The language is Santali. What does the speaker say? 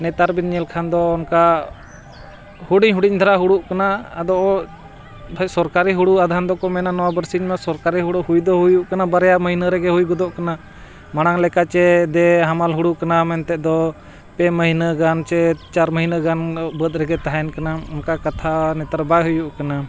ᱱᱮᱛᱟᱨ ᱵᱤᱱ ᱧᱮᱞ ᱠᱷᱟᱱ ᱫᱚ ᱚᱱᱠᱟ ᱦᱩᱰᱤᱧ ᱦᱩᱰᱤᱧ ᱫᱷᱟᱨᱟ ᱦᱩᱲᱩᱜ ᱠᱟᱱᱟ ᱟᱫᱚ ᱥᱚᱨᱠᱟᱨᱤ ᱦᱩᱲᱩ ᱟᱫᱷᱟᱱ ᱫᱚᱠᱚ ᱢᱮᱱᱟ ᱱᱚᱣᱟ ᱵᱟᱹᱨᱥᱤᱧ ᱢᱟ ᱥᱚᱨᱠᱟᱨᱤ ᱦᱩᱲᱩ ᱦᱩᱭ ᱫᱚ ᱦᱩᱭᱩᱜ ᱠᱟᱱᱟ ᱵᱟᱨᱭᱟ ᱢᱟᱹᱦᱱᱟᱹ ᱨᱮᱜᱮ ᱦᱩᱭ ᱜᱚᱫᱚᱜ ᱠᱟᱱᱟ ᱢᱟᱲᱟᱝ ᱞᱮᱠᱟ ᱥᱮ ᱫᱮ ᱦᱟᱢᱟᱞ ᱦᱩᱲᱩ ᱠᱟᱱᱟ ᱢᱮᱱᱛᱮ ᱫᱚ ᱯᱮ ᱢᱟᱹᱦᱱᱟᱹ ᱜᱟᱱ ᱥᱮ ᱪᱟᱨ ᱢᱟᱹᱦᱱᱟᱹ ᱜᱟᱱ ᱵᱟᱹᱫᱽ ᱨᱮᱜᱮ ᱛᱟᱦᱮᱱ ᱠᱟᱱᱟ ᱚᱱᱠᱟ ᱠᱟᱛᱷᱟ ᱱᱮᱛᱟᱨ ᱵᱟᱭ ᱦᱩᱭᱩᱜ ᱠᱟᱱᱟ